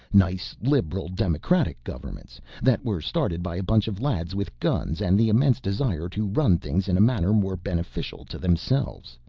nice, liberal democratic governments that were started by a bunch of lads with guns and the immense desire to run things in a manner more beneficial to themselves.